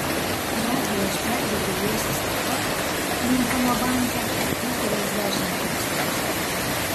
pradžiai aš pervedžiau jo sąskaiton miuncheno banke keturiasdešimt tūkstančių